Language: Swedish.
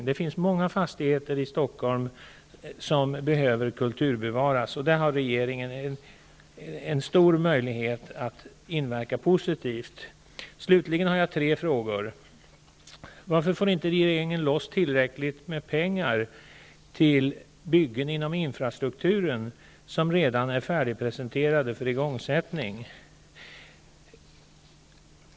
Det finns många fastigheter i Stockholm som behöver kulturbevaras, och där har regeringen en stor möjlighet att inverka positivt. Slutligen har jag tre frågor. Varför får regeringen inte loss tillräckligt med pengar till byggen inom infrastrukturen som redan är färdigpresenterade för igångsättning?